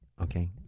Okay